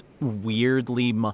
weirdly